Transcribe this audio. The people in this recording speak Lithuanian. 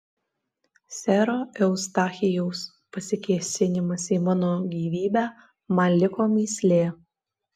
sero eustachijaus pasikėsinimas į mano gyvybę man liko mįslė